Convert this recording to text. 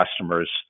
customers